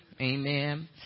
Amen